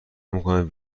میکند